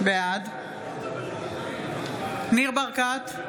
בעד ניר ברקת,